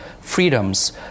freedoms